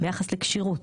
ביחס לכשירות,